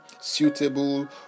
suitable